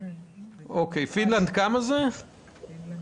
כמה בפינלנד?